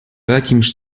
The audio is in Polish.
jakimś